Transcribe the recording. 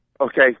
okay